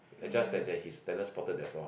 and just that that his standard better that's all